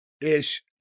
ish